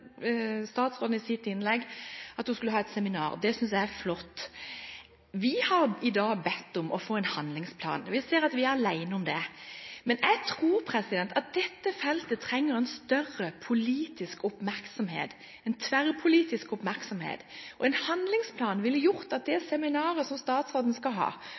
Statsråden sa i sitt innlegg at hun skulle ha et seminar. Det synes jeg er flott. Vi har i dag bedt om å få en handlingsplan. Vi ser at vi er alene om det. Men jeg tror at dette feltet trenger en større, tverrpolitisk oppmerksomhet. En handlingsplan ville gjort at det seminaret som statsråden skal ha,